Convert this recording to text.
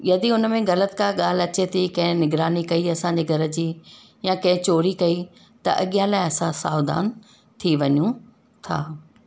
यदि उन में ग़लति का ॻाल्हि अचे थी कंहिं निगरानी कई असांजे घर जी या कंहिं चोरी कई त अॻियां लाइ असां सावधान थी वञूं था